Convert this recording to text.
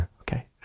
okay